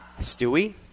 Stewie